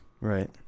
Right